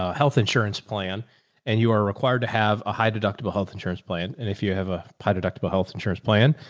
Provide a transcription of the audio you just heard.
ah health insurance plan and you are required to have a high deductible health insurance plan. and if you have a high deductible health insurance plan,